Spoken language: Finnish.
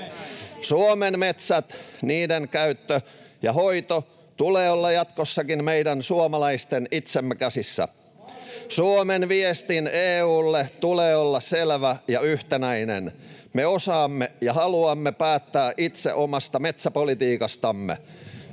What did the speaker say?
Suomen metsien, niiden käytön ja hoidon, tulee olla jatkossakin meidän suomalaisten itsemme käsissä. [Antti Kurvisen välihuuto] Suomen viestin EU:lle tulee olla selvä ja yhtenäinen: me osaamme ja haluamme päättää itse omasta metsäpolitiikastamme,